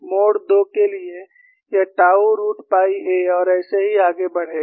mode II के लिए यह टाऊ रूट पाई a और ऐसे ही आगे बढेगा